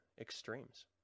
extremes